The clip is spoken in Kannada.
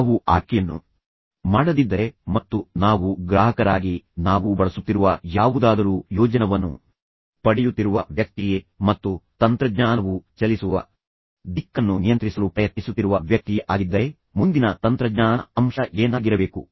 ನಾವು ಆಯ್ಕೆಯನ್ನು ಮಾಡದಿದ್ದರೆ ಮತ್ತು ನಾವು ಗ್ರಾಹಕರಾಗಿ ನಾವು ಬಳಸುತ್ತಿರುವ ಯಾವುದಾದರೂ ಯೋಜನವನ್ನು ಪಡೆಯುತ್ತಿರುವ ವ್ಯಕ್ತಿಯೇ ಮತ್ತು ತಂತ್ರಜ್ಞಾನವು ಚಲಿಸುವ ದಿಕ್ಕನ್ನು ನಿಯಂತ್ರಿಸಲು ಪ್ರಯತ್ನಿಸುತ್ತಿರುವ ವ್ಯಕ್ತಿಯೇ ಆಗಿದ್ದರೆ ಮುಂದಿನ ತಂತ್ರಜ್ಞಾನ ಅಂಶ ಏನಾಗಿರಬೇಕು